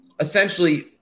essentially